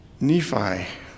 Nephi